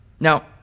Now